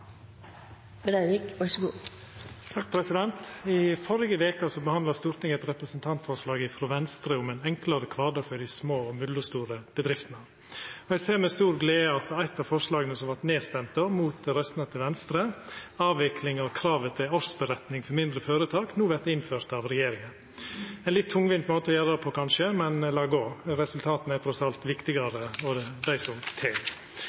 I førre veke behandla Stortinget eit representantforslag frå Venstre om ein enklare kvardag for dei små og mellomstore bedriftene. Eg ser med stor glede at eit av forslaga som då vart nedstemde mot røystene til Venstre, avvikling av kravet til årsberetning for mindre føretak, no vert innført av regjeringa. Det er ein litt tungvint måte å gjera det på, kanskje, men la gå – resultata er trass i alt viktigare, det er dei som